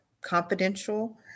confidential